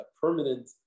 permanent